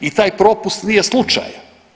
I taj propust nije slučajan.